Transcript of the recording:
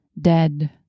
Dead